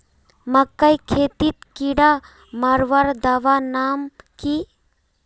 मकई खेतीत कीड़ा मारवार दवा नाम की?